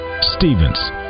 Stevens